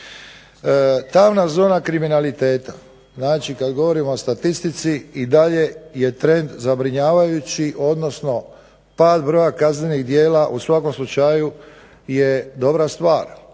Tamna zona kriminaliteta, znači kada govorimo o statistici i dalje je trend zabrinjavajući odnosno pad broja kaznenih djela je u svakom slučaju dobra stvar